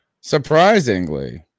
surprisingly